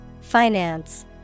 Finance